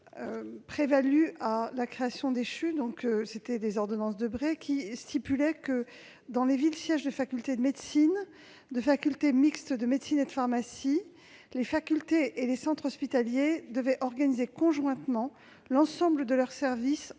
prévalu à la création des CHU. Les ordonnances Debré précisaient que, dans les villes sièges de facultés de médecine, de facultés mixtes de médecine et de pharmacie, les facultés et les centres hospitaliers devaient organiser conjointement l'ensemble de leurs services en